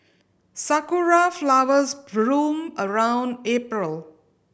sakura flowers bloom around April